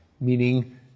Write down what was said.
meaning